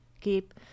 keep